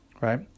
Right